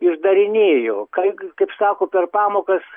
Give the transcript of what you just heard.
išdarinėjo kai kaip sako per pamokas